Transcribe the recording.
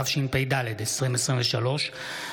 התשפ"ד 2023,